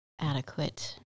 adequate